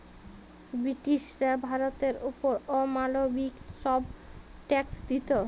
ব্রিটিশরা ভারতের অপর অমালবিক ছব ট্যাক্স দিত